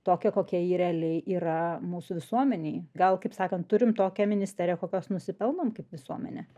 tokią kokia ji realiai yra mūsų visuomenėj gal kaip sakant turim tokią ministeriją kokios nusipelnom kaip visuomenė